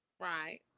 Right